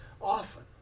often